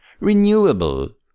Renewable